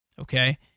okay